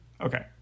Okay